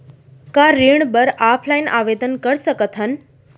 का ऋण बर ऑफलाइन आवेदन कर सकथन?